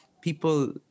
people